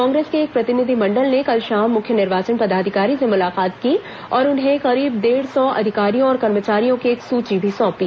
कांग्रेस के एक प्रतिनिधिमंडल ने कल शाम मुख्य निर्वाचन पदाधिकारी से मुलाकात की और उन्हें करीब डेढ सौ अधिकारियों और कर्मचारियों की एक सूची भी सौंपी